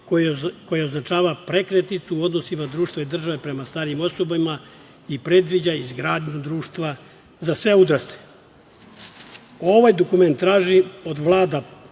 koji označava prekretnicu u odnosima društva i države prema starijim osobama i predviđa izgradnju društva za sve uzraste. Ovaj dokument traži od vlada